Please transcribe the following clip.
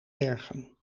bergen